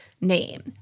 name